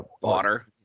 water